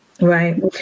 Right